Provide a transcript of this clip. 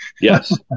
yes